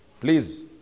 please